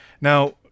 now